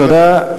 תודה.